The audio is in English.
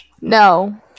No